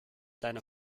deiner